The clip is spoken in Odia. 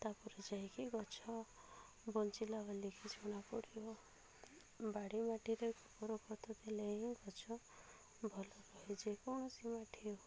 ତାପରେ ଯାଇ କି ଗଛ ବଞ୍ଚିଲା ବୋଲି କି ଜଣା ପଡ଼ିବ ବାଡ଼ି ମାଟିରେ ଗୋବର ଖତ ଦେଲେ ହିଁ ଗଛ ଭଲ ରହେ ଯେକୌଣସି ମାଟି ହେଉ